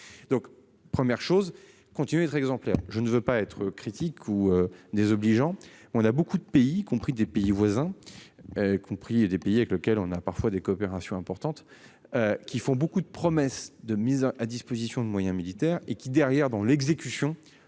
Donc première chose continuer, être exemplaire. Je ne veux pas être critique ou désobligeants. On a beaucoup de pays, y compris des pays voisins. Compris et des pays avec lequel on a parfois des coopérations importantes. Qui font beaucoup de promesses de mise à disposition de moyens militaires et qui derrière dans l'exécution